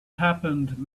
happened